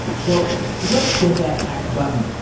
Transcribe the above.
let's get that hatch buttoned,